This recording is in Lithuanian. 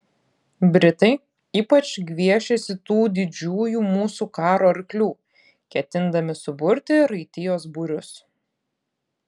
britai ypač gviešiasi tų didžiųjų mūsų karo arklių ketindami suburti raitijos būrius